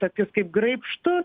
tokius kaip graibštus